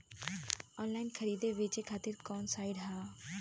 Online खरीदे बेचे खातिर कवन साइड ह?